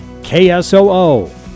KSOO